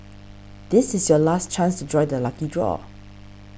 this is your last chance to join the lucky draw